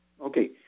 Okay